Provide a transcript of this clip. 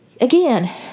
Again